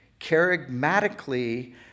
charismatically